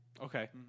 Okay